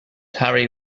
harry